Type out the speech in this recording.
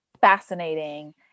fascinating